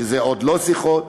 שזה עוד לא שיחות.